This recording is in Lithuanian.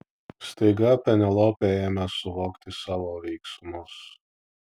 staiga penelopė ėmė suvokti savo veiksmus